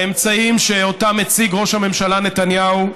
באמצעים שאותם הציג ראש הממשלה נתניהו,